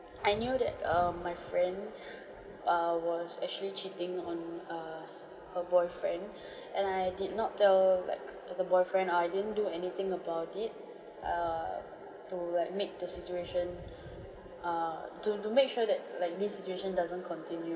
I knew that um my friend err was actually cheating on err her boyfriend and I did not tell like the boyfriend I didn't do anything about it err to like make the situation err to to make sure that like this situation doesn't continue